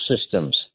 systems